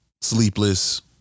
sleepless